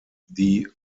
die